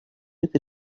этой